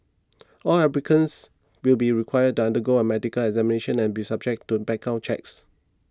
all applicants will be required down to undergo a medical examination and be subject to background checks